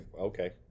okay